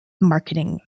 marketing